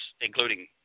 including